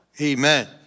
Amen